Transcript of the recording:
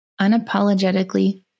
Unapologetically